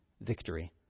victory